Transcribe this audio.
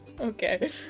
okay